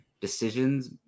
decisions